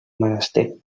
menester